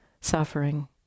suffering